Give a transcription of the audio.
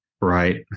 right